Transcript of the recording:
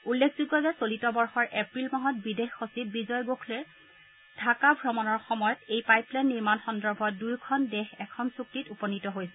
উল্লেখযোগ্য যে চলিত বৰ্ষৰ এপ্ৰিল মাহত বিদেশ সচিব বিজয় গোখলেৰ ঢাকা ভ্ৰমণৰ সময়ত এই পাইপলাইন নিৰ্মাণ সন্দৰ্ভত দুয়োখন দেশ এখন চুক্তিত উপনীত হৈছিল